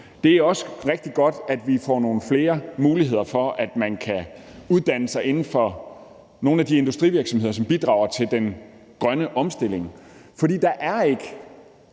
Det er også rigtig godt, at vi får nogle flere muligheder for, at man kan uddanne sig inden for nogle af de områder, hvor der er industrivirksomheder, som bidrager til den grønne omstilling. For der er ikke